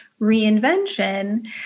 reinvention